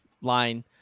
line